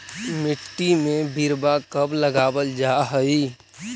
मिट्टी में बिरवा कब लगावल जा हई?